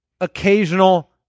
occasional